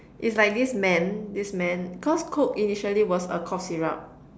it's like this man this man cause coke initially was a cough syrup